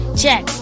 check